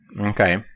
Okay